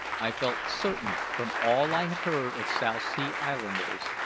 i felt certain, from all i had heard of south sea islanders,